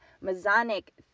Masonic